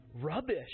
rubbish